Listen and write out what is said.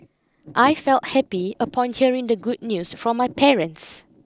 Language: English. I felt happy upon hearing the good news from my parents